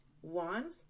One